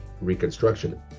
reconstruction